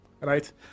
right